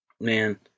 man